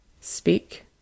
Speak